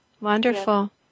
Wonderful